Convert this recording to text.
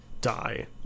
die